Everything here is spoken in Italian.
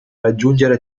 raggiungere